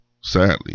sadly